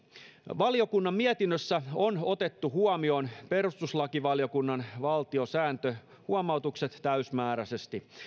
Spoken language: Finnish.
valiokunnan mietinnössä on otettu huomioon perustuslakivaliokunnan valtiosääntöhuomautukset täysimääräisesti